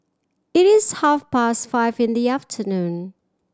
it is half past five in the afternoon